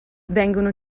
vengono